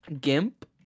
Gimp